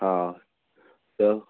हां तर